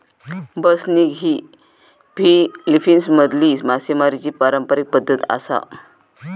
बसनिग ही फिलीपिन्समधली मासेमारीची पारंपारिक पद्धत आसा